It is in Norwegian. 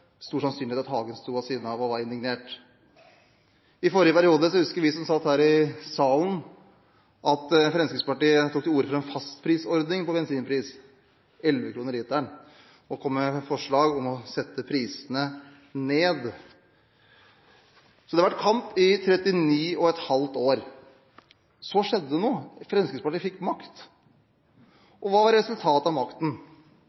stor sannsynlighet for at Hagen sto ved siden av og var indignert. Vi som satt her i salen i forrige periode, husker at Fremskrittspartiet tok til orde for en fastprisordning for bensin – 11 kr literen – og kom med forslag om å sette ned prisene. Dette har vært en kamp i 39,5 år. Så skjedde det noe. Fremskrittspartiet fikk